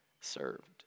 served